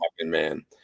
man